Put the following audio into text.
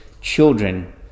children